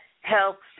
helps